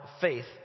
faith